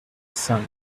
sun